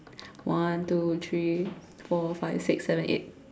one two three four five six seven eight